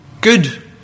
good